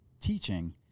teaching